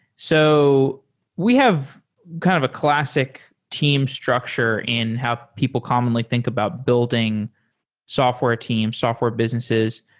so we have kind of a classic team structure in how people commonly think about building software teams, software businesses.